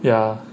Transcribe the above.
ya